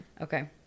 Okay